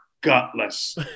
gutless